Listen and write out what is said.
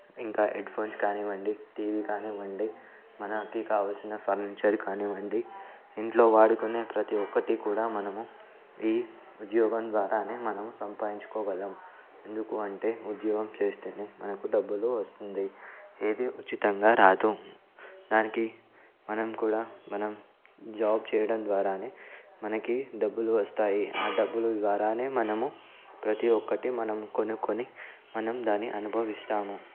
ఇంకా headphones కానివ్వండి TV కానివ్వండి మనకు కావాల్సిన ఫర్నిచర్ కానివ్వండి ఇంట్లో వాడుకునే ప్రతి ఒక్కటి కూడా మనము ఈ ఉద్యోగం ద్వారానే మనము సంపాదించుకోగలం ఎందుకు అంటే ఉద్యోగం చేస్తేనే మనకు డబ్బులు వస్తుంది ఏది ఉచితంగా రాదు దానికి మనం కూడా మనం జాబ్ చేయడం ద్వారానే మనకు డబ్బులు వస్తాయి ఆ డబ్బులు ద్వారానే మనము ప్రతి ఒక్కటి మనం కొనుక్కోని మనం దాన్ని అనుభవిస్తాము